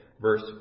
verse